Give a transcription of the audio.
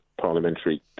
parliamentary